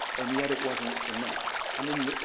and yet, it wasn't enough. i mean,